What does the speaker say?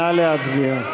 נא להצביע,